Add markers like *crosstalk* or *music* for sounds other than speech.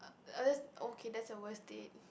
*noise* okay that's a worse date